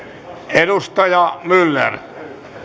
edustaja myller